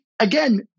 Again